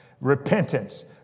repentance